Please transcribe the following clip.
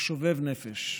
משובב נפש.